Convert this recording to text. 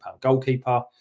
goalkeeper